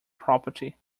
property